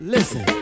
Listen